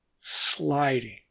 sliding